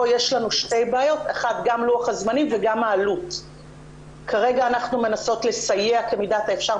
מה שבעיני היה ברור מאליו וזה החלת חובות נוספות על גופי ספורט,